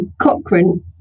cochrane